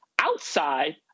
outside